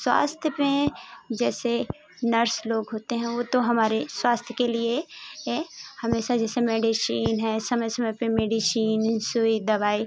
स्वास्थय में जैसे नर्स लोग होते हैं वो तो हमारे स्वास्थय के लिए ए हमेशा जैसे मेडिशिन है समय समय पर मेडिशिन सुई दवाई